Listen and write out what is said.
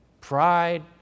Pride